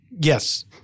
Yes